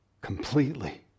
completely